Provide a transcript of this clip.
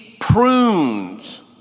prunes